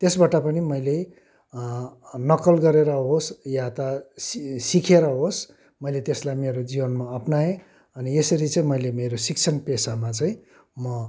त्यसबाट पनि मैले नक्कल गरेर होस् या त सिकेर होस् मैले त्यसलाई मेरो जीवनमा अपनाएँ अनि यसरी चाहिँ मैले मेरो शिक्षण पेसामा चाहिँ म